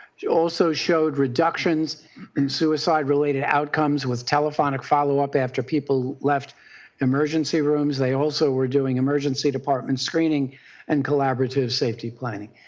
also showed reductions in suicide-related outcomes with telephonic follow up after people left emergency rooms. they also were doing emergency department screening and collaborative safety planning.